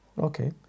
Okay